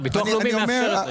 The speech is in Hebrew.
הביטוח הלאומי מאפשר את זה.